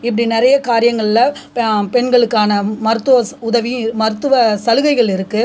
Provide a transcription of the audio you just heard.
இப்படி நிறைய காரியங்களில் பெண்களுக்கான மருத்துவ ஸ் உதவியும் மருத்துவ சலுகைகள் இருக்குது